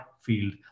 field